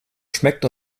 schmeckt